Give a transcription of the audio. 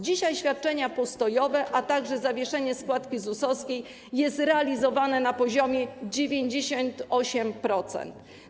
Dzisiaj świadczenia postojowe, a także zawieszenie składki ZUS-owskiej jest realizowane na poziomie 98%.